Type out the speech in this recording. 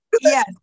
Yes